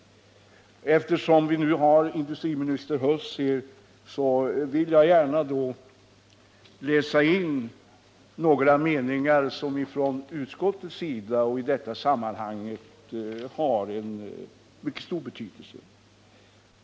Eftersom vi nu har industriminister Huss här vill jag till protokollet gärna läsa in några meningar från utskottets betänkande som i detta sammanhang har mycket stor betydelse.